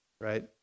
right